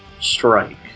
strike